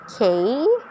okay